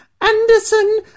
Anderson